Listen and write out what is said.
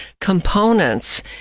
components